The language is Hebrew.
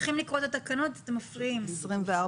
23,